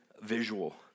visual